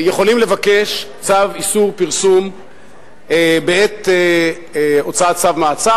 יכולים לבקש צו איסור פרסום בעת הוצאת צו מאסר